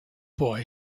boy